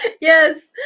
yes